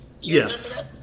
Yes